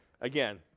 again